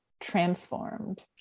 transformed